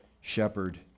shepherd